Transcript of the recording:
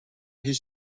his